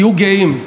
תהיו גאים.